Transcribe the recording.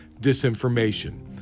disinformation